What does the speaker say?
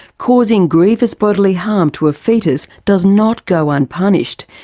causing grievous bodily harm to a foetus does not go unpunished.